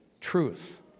truth